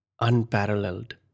unparalleled